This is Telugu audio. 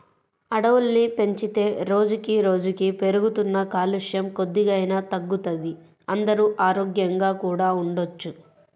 అడవుల్ని పెంచితే రోజుకి రోజుకీ పెరుగుతున్న కాలుష్యం కొద్దిగైనా తగ్గుతది, అందరూ ఆరోగ్యంగా కూడా ఉండొచ్చు